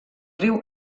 riu